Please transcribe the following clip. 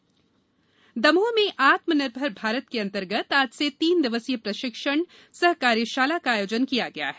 आत्मनिर्मर दमोह में आत्मनिर्भर भारत के अंतर्गत आज से तीन दिवसीय प्रशिक्षण सह कार्यशाला का आयोजन किया गया है